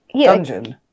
dungeon